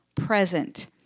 present